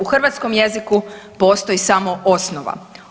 U hrvatskom jeziku postoji samo osnova.